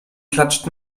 klatscht